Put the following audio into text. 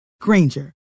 Granger